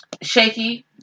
shaky